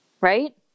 right